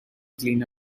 clean